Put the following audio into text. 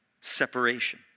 Separation